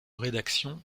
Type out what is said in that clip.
rédaction